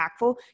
impactful